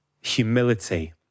humility